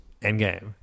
Endgame